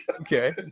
Okay